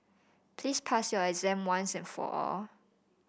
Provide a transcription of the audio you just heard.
please pass your exam once and for all